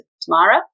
Tamara